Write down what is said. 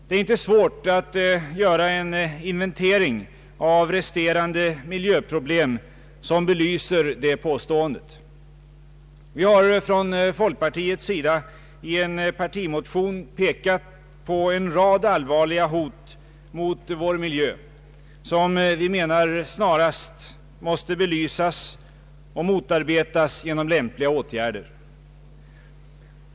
Det är inte svårt att göra en inventering av resterande miljöproblem som belyser det påståendet. Vi har i en partimotion från folkpartiet pekat på en rad allvarliga hot mot vår miljö som enligt vår mening snarast måste belysas och motarbetas genom lämpliga åtgärder.